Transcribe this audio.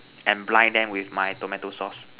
and blind them with my tomato sauce